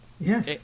Yes